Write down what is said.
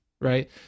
right